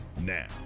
Now